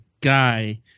guy